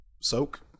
soak